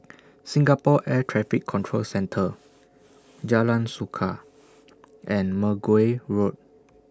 Singapore Air Traffic Control Centre Jalan Suka and Mergui Road